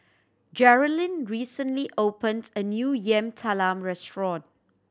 Jerilyn recently opened a new Yam Talam restaurant